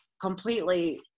completely